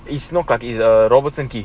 it's not clarke quay it's the robertson quay